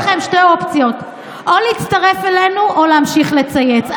יש לכם שתי אופציות: או להצטרף אלינו או להמשיך לצייץ.